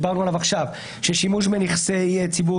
הדברים נדונו אז אני חושב שאפשר להמשיך איתם גם פה,